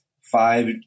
five